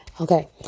Okay